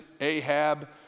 Ahab